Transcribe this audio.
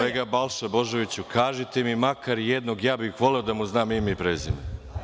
Kolega Balša Božoviću, kažite mi makar jednog, ja bih voleo da mu znam ime i prezime.